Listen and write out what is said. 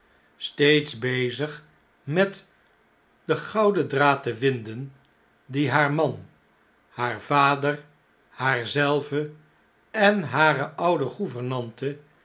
steeds bezig met den gouden draad te winden die haar man haar vader haar zelve en hare oude